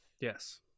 Yes